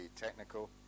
technical